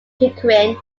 pickering